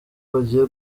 bagiye